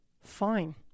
fine